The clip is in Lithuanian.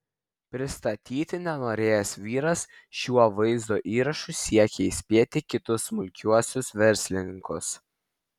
prisistatyti nenorėjęs vyras šiuo vaizdo įrašu siekia įspėti kitus smulkiuosius verslininkus